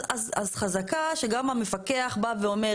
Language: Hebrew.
אז חזקה שגם המפקח בא ואומר,